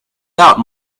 out